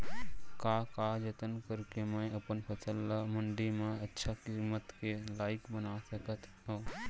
का का जतन करके मैं अपन फसल ला मण्डी मा अच्छा किम्मत के लाइक बना सकत हव?